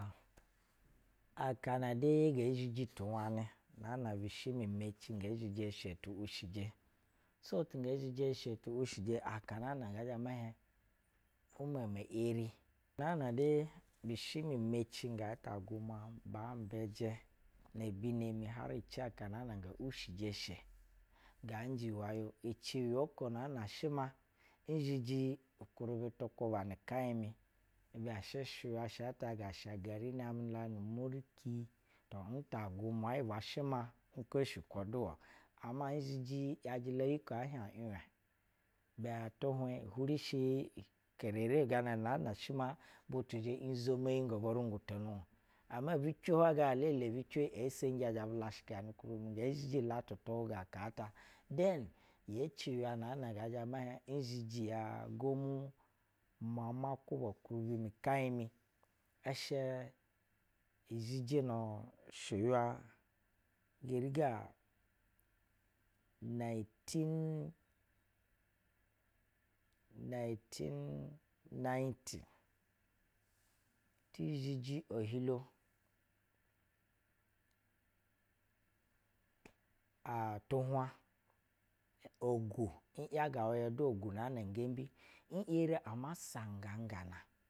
Aka na de gee zhiji tu bwanɛ na aa na bishi mi meci gee zhiji eshe ti wishije so ti gee zhiji esgeti wishiji gɛɛ zhɛ mɛ hiɛb u meme eri naan a de bishi meci gaa ta gumwa ama nda ijɛ ne biwo har aikana ngee wishije eshe gaa njɛ mayo. Ki uywa uko naana shɛ ma izhiji ukuribi tu kwuba ni ikɛin mi nɛ shɛ shiywa shata ga shagari namɛ la nu mulici, amu ta gumwa yibwa shɛ ma n koshikwo duwa. Ama n zhiji. yajɛ la yi kp ahieb yiɛb ibɛ atii hwɛb. uhurishi kerere-o gana ng ana shɛ ma butu zhɛ yizo moyingo bo rungutonu-o ama ebi ciwi hwai ga lele ebu ciwe esenji ɛzhɛ bu lashiganɛ ukuribi, ngee zhiji ulatu tu hwyga aka ata. Dɛn ngee ci ya naan a ngɛ zhɛ mɛ hien n zhiji tu kwuba ni keib mi shɛ izhiji nu shiywa geri ga naitin, naitin- naiti ti zhiyi ohilo-aa tu hwab ogwu n yagawa ya du ogwwu naan a gembi neri ama sanga ngana.